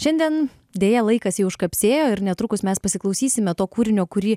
šiandien deja laikas jau iškapsėjo ir netrukus mes pasiklausysime to kūrinio kurį